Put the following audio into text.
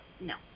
no